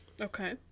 Okay